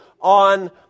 on